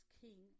king